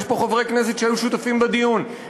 יש פה חברי כנסת שהיו שותפים בדיון,